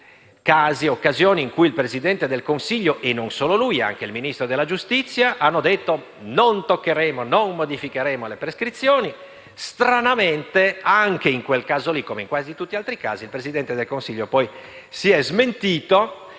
numerose occasioni in cui il Presidente del Consiglio, e non solo lui (anche il Ministro della giustizia), ha detto che non avrebbe modificato le prescrizioni. Stranamente, anche in quel caso, come in quasi tutti gli altri, il Presidente del Consiglio si è poi smentito